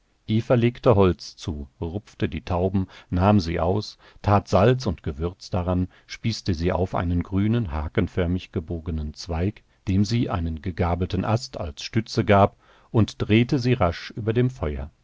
holz zu rupfte die tauben nahm sie aus tat salz und gewürz daran spießte sie auf einen grünen hakenförmig gebogenen zweig dem sie einen gegabelten ast als stütze gab und drehte sie rasch über dem feuer